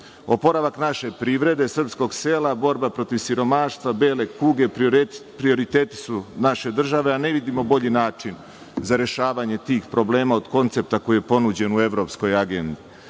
Oporavak naše privrede, srpskog sela, borbe protiv siromaštva, bele kuge, prioriteti su naše države, a ne vidimo bolji način za rešavanje tih problema od koncepta koji je ponuđen u evropskoj agendi.